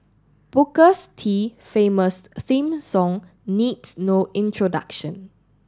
bookers T famous theme song needs no introduction